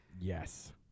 Yes